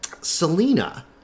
Selena